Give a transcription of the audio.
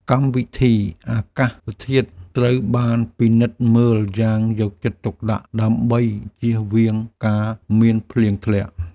កម្មវិធីអាកាសធាតុត្រូវបានពិនិត្យមើលយ៉ាងយកចិត្តទុកដាក់ដើម្បីជៀសវាងការមានភ្លៀងធ្លាក់។